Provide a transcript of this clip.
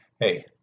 Hey